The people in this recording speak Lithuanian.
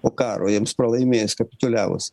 po karo jiems pralaimėjus kapituliavus